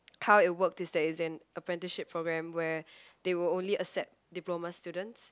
how it worked is that it's an apprenticeship program where they will only accept diploma students